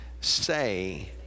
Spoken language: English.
say